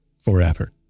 forever